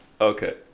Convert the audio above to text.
Okay